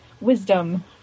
wisdom